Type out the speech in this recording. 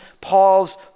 Paul's